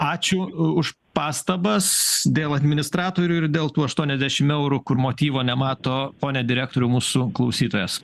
ačiū už pastabas dėl administratorių ir dėl tų aštuonaisdešim eurų kur motyvo nemato pone direktoriau mūsų klausytojas